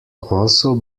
also